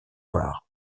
noirs